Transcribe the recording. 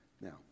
Now